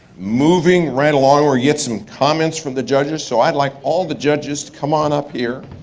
moving right along, we get some comments from the judges so i'll like all the judges to come on up here.